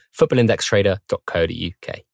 footballindextrader.co.uk